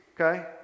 Okay